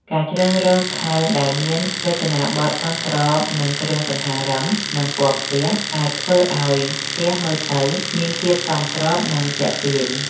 ការជ្រើសរើសផើងដែលមានរចនាបថសមស្របនឹងគ្រឿងសង្ហារឹម និងពណ៌ផ្ទះ អាចធ្វើឲ្យផ្ទះមើលទៅមានភាពសមស្រប និងទាក់ទាញ។